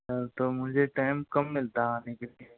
तो मुझे टाइम कम मिलता आने के लिए